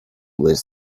was